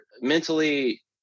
Mentally